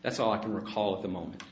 that's all i can recall at the moment